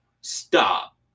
Stop